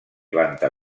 planta